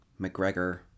McGregor